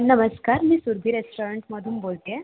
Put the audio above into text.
नमस्कार मी सुरभी रेस्टाॅरंटमधून बोलते आहे